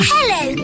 Hello